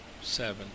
seven